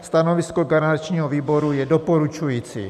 Stanovisko garančního výboru je doporučující.